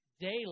daily